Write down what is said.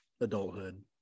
adulthood